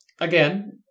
again